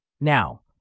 Now